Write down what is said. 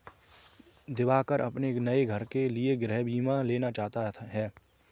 दिवाकर अपने नए घर के लिए गृह बीमा लेना चाहता है